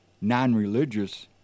non-religious